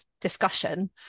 discussion